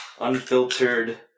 Unfiltered